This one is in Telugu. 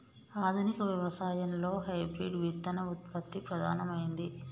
ఆధునిక వ్యవసాయం లో హైబ్రిడ్ విత్తన ఉత్పత్తి ప్రధానమైంది